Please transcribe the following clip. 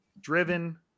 driven